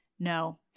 No